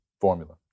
formula